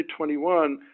2021